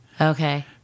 Okay